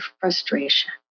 frustration